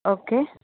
okay